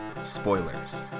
spoilers